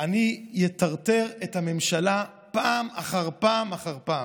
אני אטרטר את הממשלה פעם אחר פעם אחר פעם,